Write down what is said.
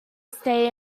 stay